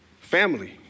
family